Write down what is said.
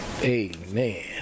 Amen